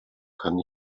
kann